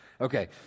Okay